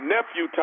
Nephew